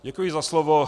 Děkuji za slovo.